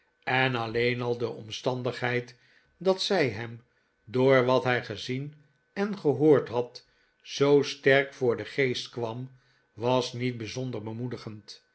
en alleen al de omstandigheid dat zij hem door wat hij gezien en gehoord had zoo sterk voor den geest kwam was niet bijzonder bemoedigend